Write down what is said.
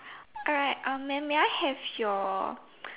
alright um mam may I have your